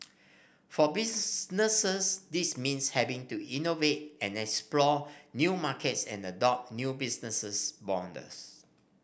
for businesses this means having to innovate and explore new markets and adopt new business models